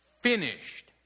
finished